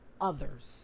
others